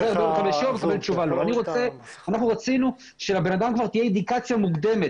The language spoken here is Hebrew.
אנחנו רצינו שלבן אדם תהיה אינדיקציה מוקדמת,